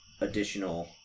additional